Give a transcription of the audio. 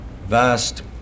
vast